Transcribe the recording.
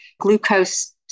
glucose